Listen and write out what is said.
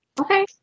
okay